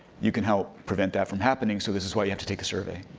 you can help prevent that from happening, so this is why you have to take the survey.